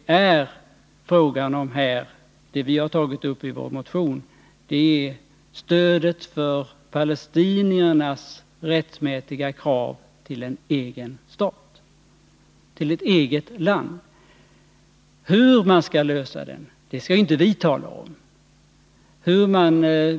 Vad vi har tagit upp i vår motion är stödet för palestiniernas rättmätiga krav på en egen stat, ett eget land. Hur det problemet skall lösas skall inte vi tala om.